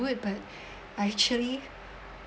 but I actually